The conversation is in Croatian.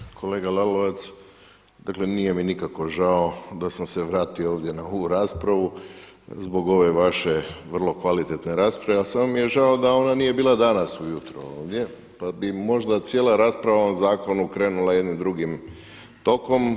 Uvaženi kolega Lalovac, dakle nije mi nikako žao da sam se vratio ovdje na ovu raspravu, zbog ove vaše vrlo kvalitetne rasprave a samo mi je žao da ona nije bila danas ujutro ovdje pa bih možda cijela rasprava o ovom zakonu krenula jednim drugim tokom.